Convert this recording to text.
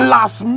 Last